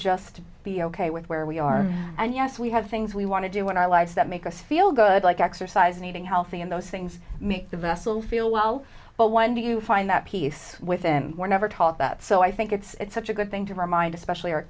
just be ok with where we are and yes we have things we want to do when our lives that make us feel good like exercise and eating healthy and those things make the vessel feel well but when do you find that peace within were never taught that so i think it's such a good thing to remind especially our